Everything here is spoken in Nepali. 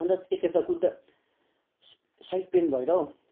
अन्त एक खेप त कुद्दा साइड पेन भएर